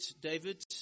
David